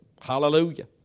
Hallelujah